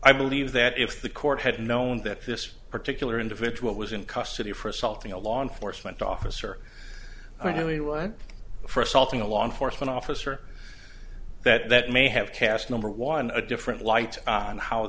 i believe that if the court had known that this particular individual was in custody for assaulting a law enforcement officer or anyone for assaulting a law enforcement officer that may have cast number one a different light on how